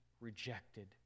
rejected